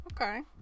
Okay